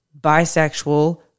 bisexual